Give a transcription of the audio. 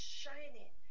shining